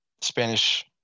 Spanish